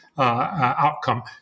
Outcome